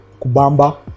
Kubamba